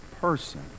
person